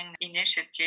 initiative